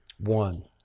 one